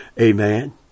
Amen